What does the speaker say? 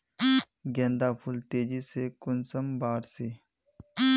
गेंदा फुल तेजी से कुंसम बार से?